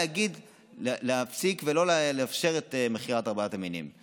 להגיד להפסיק ולא לאפשר את מכירת ארבעת המינים.